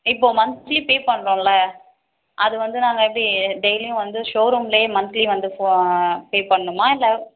இப்போது monthly pay பண்ணுறோல்ல அது வந்து நாங்கள் எப்படி டெயிலியும் வந்து ஷோ ரூமிலேயே மன்த்லி வந்து ஃபோ பே பண்ணணுமா இல்லை